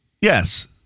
yes